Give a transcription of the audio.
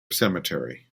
cemetery